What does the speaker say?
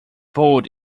bold